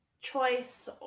choice